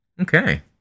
Okay